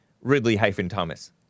Ridley-Thomas